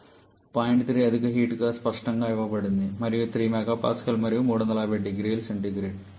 point 3 అధిక హీట్గా స్పష్టంగా ఇవ్వబడింది మరియు ఇది 3MPa మరియు350 0C